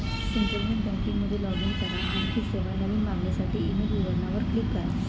internet banking मध्ये log in करा, आणखी सेवा, नवीन मागणीसाठी ईमेल विवरणा वर क्लिक करा